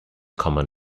common